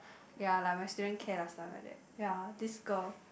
ya like my student care last time like that ya this girl